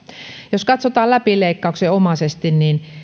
jos katsotaan läpileikkauksenomaisesti niin